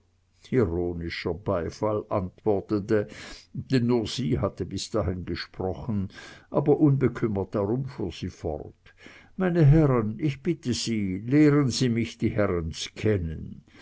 ironischer beifall antwortete denn nur sie hatte bis dahin gesprochen aber unbekümmert darum fuhr sie fort meine herren ich bitte sie lehren sie mich die herrens kennen